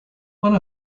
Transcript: one